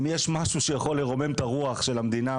אם יש משהו שיכול לרומם את הרוח של המדינה,